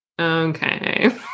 okay